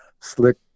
Slick